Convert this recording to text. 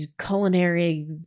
culinary